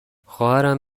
خواهرم